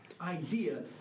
idea